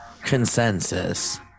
consensus